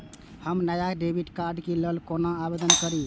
हम नया debit card के लल कौना आवेदन करि?